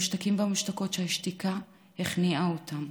והמושתקות שהשתיקה הכניעה אותם.